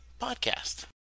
podcast